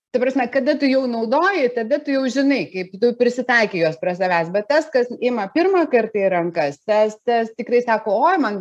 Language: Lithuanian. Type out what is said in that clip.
ta prasme kada tu jau naudoji tada tu jau žinai kaip tu prisitaikai juos prie savęs bet tas kas ima pirmą kartą į rankas tas tas tikrai sako oi man